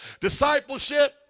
Discipleship